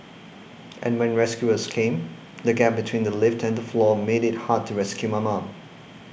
and when rescuers came the gap between the lift and the floor made it hard to rescue my mum